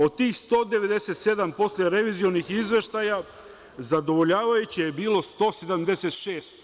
Od tih 197 poslerevizionih izveštaja, zadovoljavajuće je bilo 176.